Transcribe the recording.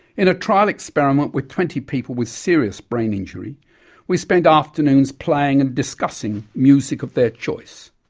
in a trial experiment with twenty people with serious brain injury we spend afternoons playing and discussing music of their choice.